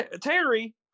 Terry